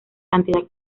cantidad